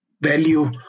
value